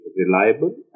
reliable